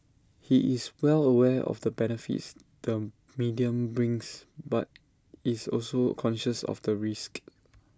he is well aware of the benefits the medium brings but is also conscious of the risks